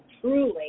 truly